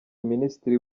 minisitiri